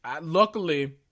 luckily